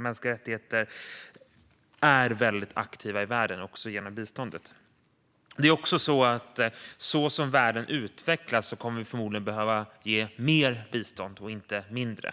mänskliga rättigheter, är väldigt aktivt i världen också genom biståndet. Såsom världen utvecklas kommer vi förmodligen att behöva ge mer bistånd och inte mindre.